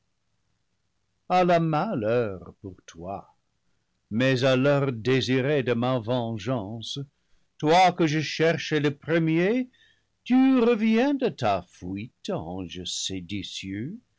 la male heure pour toi mais à l'heure désirée de ma vengeance toi que je cherchais le premier tu reviens de ta fuite ange